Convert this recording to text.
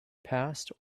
past